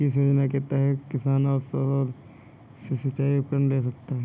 किस योजना के तहत किसान सौर ऊर्जा से सिंचाई के उपकरण ले सकता है?